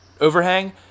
overhang